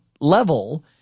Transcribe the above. level